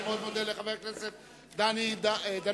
אני מאוד מודה לחבר הכנסת דני דנון.